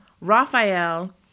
Raphael